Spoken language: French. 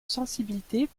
sensibilité